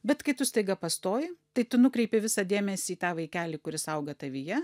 bet kai tu staiga pastoji tai tu nukreipi visą dėmesį į tą vaikelį kuris auga tavyje